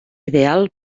ideal